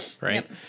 Right